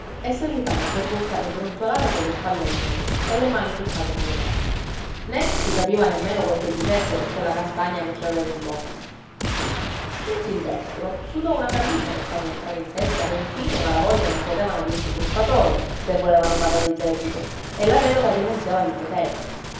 e seguitava a borbottare e brontolare colle spalle al muro e le mani ficcate nelle tasche né si capiva nemmeno quel che dicesse per quella castagna che ci aveva in bocca don silvestro sudò una camicia per fargli entrare in testa che infine i malavoglia non potevano dirsi truffatori se volevano pagare il debito e la vedova rinunziava